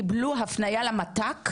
כל ה-70% קיבלו הפניה למת"ק?